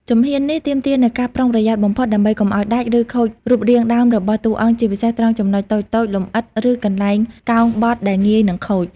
ជំហាននេះទាមទារនូវការប្រុងប្រយ័ត្នបំផុតដើម្បីកុំឱ្យដាច់ ឬខូចរូបរាងដើមរបស់តួអង្គ ជាពិសេសត្រង់ចំណុចតូចៗ លម្អិត ឬកន្លែងកោងបត់ដែលងាយនឹងខូច។